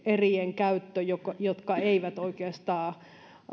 erien käyttö jotka eivät oikeastaan